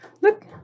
Look